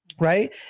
right